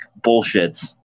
bullshits